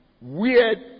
Weird